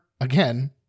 again